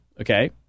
okay